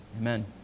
Amen